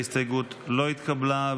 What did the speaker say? ההסתייגות לא התקבלה.